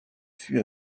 fut